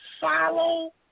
follow